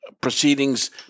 Proceedings